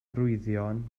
arwyddion